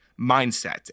mindset